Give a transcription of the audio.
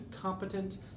competent